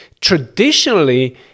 traditionally